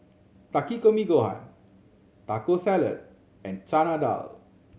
Takikomi Gohan Taco Salad and Chana Dal